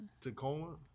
Tacoma